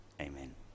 Amen